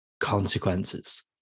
consequences